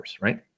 right